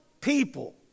people